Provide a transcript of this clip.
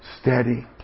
steady